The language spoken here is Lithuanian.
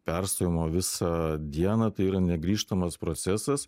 perstojimo visą dieną tai yra negrįžtamas procesas